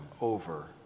over